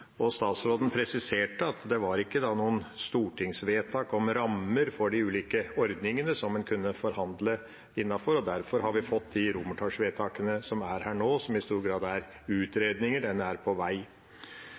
Statsråden presiserte at det var ikke noe stortingsvedtak om rammer for de ulike ordningene som en kunne forhandle innenfor, og derfor har vi fått de romertallsvedtakene som er her nå, som i stor grad er